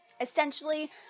Essentially